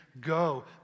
go